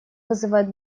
вызывает